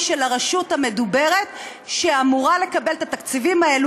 של הרשות המדוברת שאמורה לקבל את התקציבים האלה,